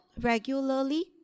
regularly